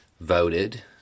voted